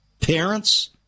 Parents